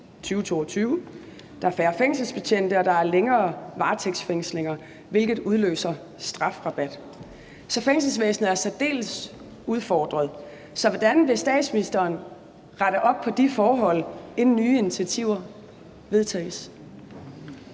2022, der er færre fængselsbetjente og der er længere varetægtsfængslinger, hvilket udløser strafrabat. Så fængselsvæsenet er særdeles udfordret. Så hvordan vil statsministeren rette op på de forhold, inden nye initiativer vedtages?